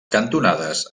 cantonades